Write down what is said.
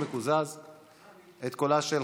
להלן תוצאות